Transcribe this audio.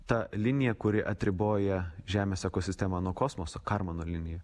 ta linija kuri atriboja žemės ekosistemą nuo kosmoso karmano linija